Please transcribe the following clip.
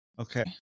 Okay